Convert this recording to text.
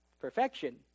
perfection